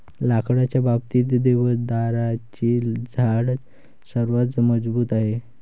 लाकडाच्या बाबतीत, देवदाराचे झाड सर्वात मजबूत आहे